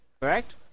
correct